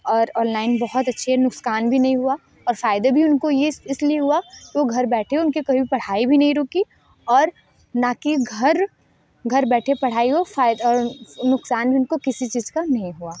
और ऑनलाइन बहुत अच्छे नुकसान भी नहीं हुआ और फायदे भी उनको ये इसलिए हुआ तो घर बैठे उनके कोई पढ़ाई भी नहीं रुकी और ना कि घर घर बैठे पढ़ाई हो अ फाय अ नुकसान उनको किसी चीज का नहीं हुआ